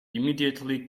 immediately